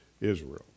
Israel